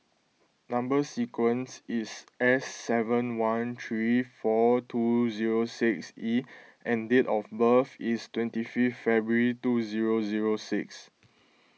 Number Sequence is S seven one three four two zero six E and date of birth is twenty fifth February two zero zero six